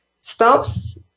stops